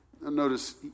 Notice